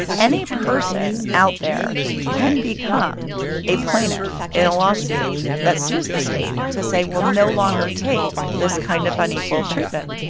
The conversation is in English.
any person out there can become a plaintiff in a lawsuit that sues the state to say we'll no longer take this kind of unequal treatment.